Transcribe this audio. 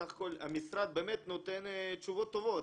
בסך הכול המשרד באמת נותן תשובות טובות,